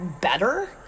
better